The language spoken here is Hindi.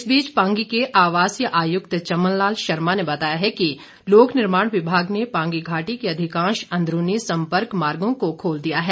इस बीच पांगी के आवासीय आयुक्त चमनलाल शर्मा ने बताया है कि लोक निर्माण विभाग ने पांगी घाटी के अधिकांश अंदरूनी संपर्क मार्गों को खोल दिया है